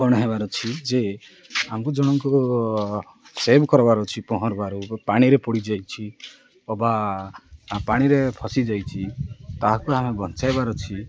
କ'ଣ ହେବାର ଅଛି ଯେ ଆମ୍କୁ ଜଣଙ୍କୁ ସେଭ୍ କର୍ବାର୍ ଅଛି ପହଁରବାର ପାଣିରେ ପଡ଼ି ଯାଇଛି ଅବା ପାଣିରେ ଫସିି ଯାଇଛି ତାହାକୁ ଆମେ ବଞ୍ଚାଇବାର ଅଛି